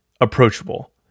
approachable